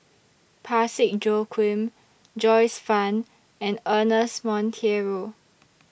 Parsick Joaquim Joyce fan and Ernest Monteiro